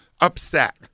upset